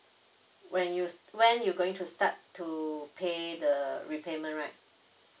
when you st~ when you going to start to pay the repayment right